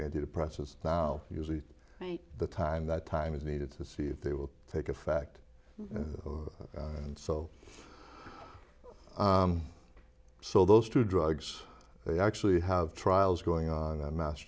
antidepressants now usually the time that time is needed to see if they will take effect or and so so those two drugs they actually have trials going on a mass